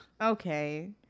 Okay